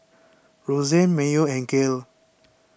Roseanne Mayo and Gail